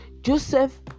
Joseph